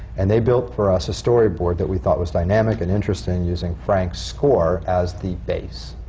and they built for us a storyboard that we thought was dynamic and interesting, using frank's score as the base.